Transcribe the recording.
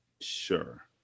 sure